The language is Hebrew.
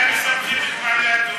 מתי מספחים את מעלה-אדומים?